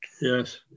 Yes